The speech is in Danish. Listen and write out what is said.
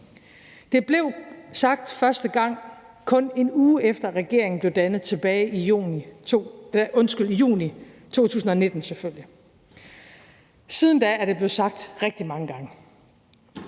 Det blev sagt første gang, kun en uge efter at regeringen blev dannet tilbage i juni 2019. Siden da er det blevet sagt rigtig mange gange,